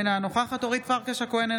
אינה נוכחת אורית פרקש הכהן,